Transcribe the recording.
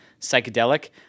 psychedelic